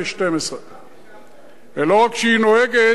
2012. ולא רק שהיא נוהגת,